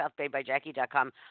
southbaybyjackie.com